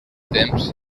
temps